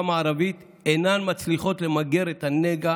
המערבית אינן מצליחות למגר את הנגע